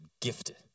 gifted